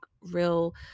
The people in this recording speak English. real